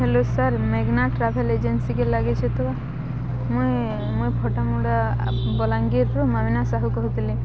hello sir ମେଘନା travel ଏଜେନ୍ସିକେ ଲାଗିଛ ତ ମୁଇଁ ମୁଇଁ ଫଟାମୁଡ଼ା ବଲାଙ୍ଗୀରରୁ ମାମିନା ସାହୁ କହୁଥିଲି